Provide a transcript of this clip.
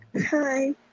Hi